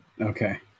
okay